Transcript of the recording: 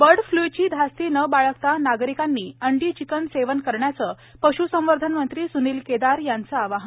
bird flu ची धास्ती न बाळगता नागरिकांनी अंडी चिकन सेवन करण्याचं पशू संवर्धन मंत्री सूनील केदार यांचं आवाहन